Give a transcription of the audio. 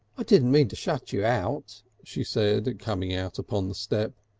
i didn't mean to shut you out, she said, coming out upon the step.